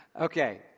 Okay